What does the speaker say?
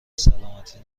سلامتی